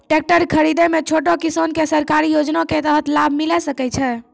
Tractor खरीदै मे छोटो किसान के सरकारी योजना के तहत लाभ मिलै सकै छै?